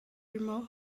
remote